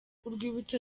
urwibutso